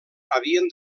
havien